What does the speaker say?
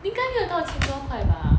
应该没有到千多块 bah